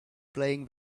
playing